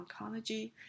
oncology